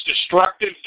destructive